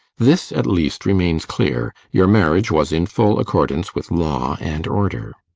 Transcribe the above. this, at least, remains clear your marriage was in full accordance with law and order.